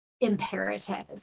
imperative